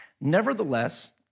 Nevertheless